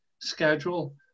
schedule